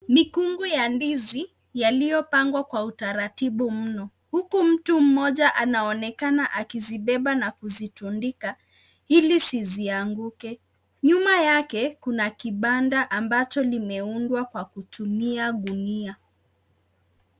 Mikungu ya ndizi yaliopangwa kwa utaratibu mno, huku mtu moja akionekana anazibeba na kutuziondika ili zizianguke, nyuma yake kuna kibanda ambacho limeundwa kwa kutumia gunia.